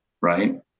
right